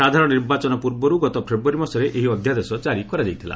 ସାଧାରଣ ନିର୍ବାଚନ ପୂର୍ବରୁ ଗତ ଫେବୃୟାରୀ ମାସରେ ଏହି ଅଧ୍ୟାଦେଶ ଜାରି କରାଯାଇଥିଲା